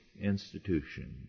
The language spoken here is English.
institution